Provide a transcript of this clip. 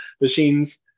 machines